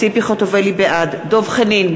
בעד דב חנין,